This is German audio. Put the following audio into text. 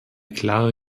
klare